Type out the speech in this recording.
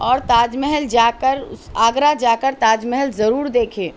اور تاج محل جا کر اس آگرہ جا کر تاج محل ضرور دیکھے